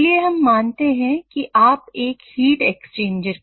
चलिए हम मानते हैं कि आप एक हीट एक्सचेंजर